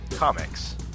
Comics